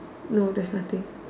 no there's nothing